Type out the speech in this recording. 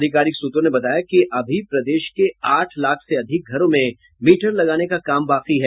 अधिकारिक सूत्रों ने बताया कि अभी प्रदेश के आठ लाख से अधिक घरों में मीटर लगाने का काम बाकी है